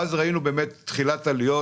ואז ראינו תחילת עליות